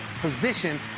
position